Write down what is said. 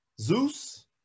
Zeus